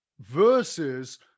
versus